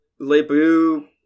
Lebu